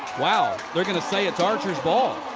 wow. they're going to say it's archer's ball.